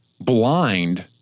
blind